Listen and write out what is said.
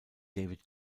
david